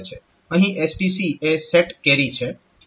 અહીં STC એ set carry છે